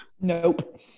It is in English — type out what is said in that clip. Nope